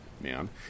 man